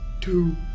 Two